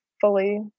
fully